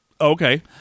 Okay